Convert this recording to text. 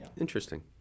Interesting